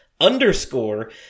underscore